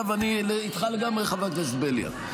אני איתך לגמרי, חבר הכנסת בליאק.